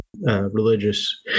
religious